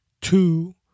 Two